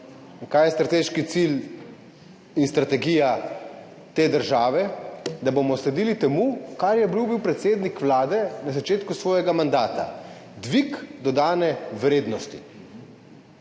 in kaj je strateški cilj in strategija te države, da bomo sledili temu, kar je obljubil predsednik Vlade na začetku svojega mandata – dvig dodane vrednosti.